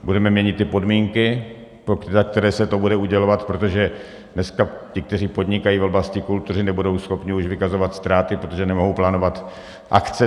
Budeme měnit ty podmínky, za které se to bude udělovat, protože dneska ti, kteří podnikají v oblasti kultury, nebudou schopni už vykazovat ztráty, protože nemohou plánovat akce.